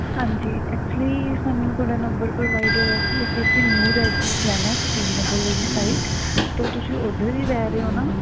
ਹਾਂਜੀ ਐਕਚੁਲੀ ਸਾਨੂੰ ਤੁਹਾਡਾ ਨੰਬਰ ਪ੍ਰੋਵਾਈਡ ਹੋਇਆ ਸੀ ਅਸੀਂ ਇੱਥੇ ਨਿਊ ਰੈਜੀਡੈਂਟ ਪਟੇਲ ਨਗਰ ਵਾਲੀ ਸਾਈਡ ਤਾਂ ਤੁਸੀਂ ਉੱਧਰ ਹੀ ਰਹਿ ਰਹੇ ਹੋ ਨਾ